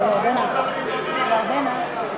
השירות למען הילד (אימוץ),